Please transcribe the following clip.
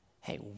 hey